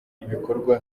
ibikorwa